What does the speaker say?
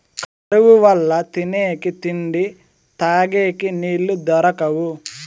కరువు వల్ల తినేకి తిండి, తగేకి నీళ్ళు దొరకవు